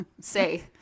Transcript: say